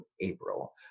April